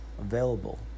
available